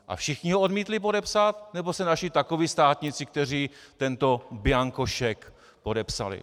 A všichni ho odmítli podepsat, nebo se našli takoví státníci, kteří tento bianko šek podepsali?